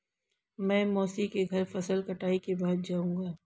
मैं मौसी के घर फसल कटाई के बाद जाऊंगा